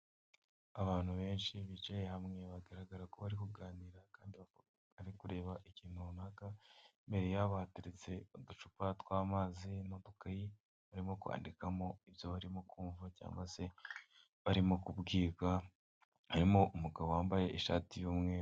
Abantu benshi bicaye hamwe bagaragara ko bari kuganira kandi ari kureba ikintu runaka, imbere hateretse uducupa tw'amazi, n'udukayi, barimo kwandikamo ibyo barimo kumva cyangwa se barimo kubwibwa, harimo umugabo wambaye ishati y'umweru.